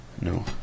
No